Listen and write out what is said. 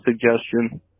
suggestion